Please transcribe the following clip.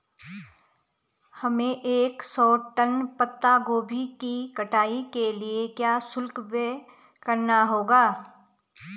हमें एक सौ टन पत्ता गोभी की कटाई के लिए क्या शुल्क व्यय करना होगा?